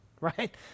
right